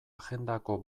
agendako